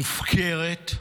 מופקרת,